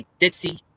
Ditzy